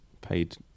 paid